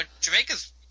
Jamaica's